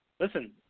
Listen